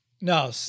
No